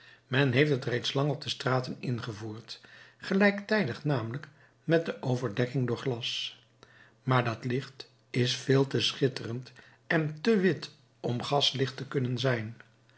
men heeft het reeds lang op de straten ingevoerd gelijktijdig namelijk met de overdekking door glas maar dat licht is veel te schitterend en te wit om gaslicht te kunnen zijn